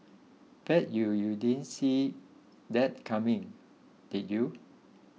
bet you you didn't see that coming did you